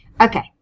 Okay